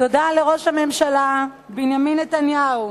תודה לראש הממשלה בנימין נתניהו,